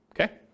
Okay